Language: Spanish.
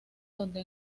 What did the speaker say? donde